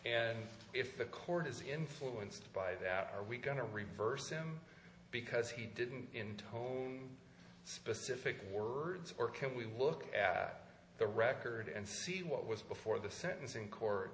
and if the court is influenced by that are we going to reverse him because he didn't intone specific words or can we look at the record and see what was before the sentencing co